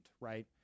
right